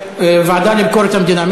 הוועדה לביקורת המדינה.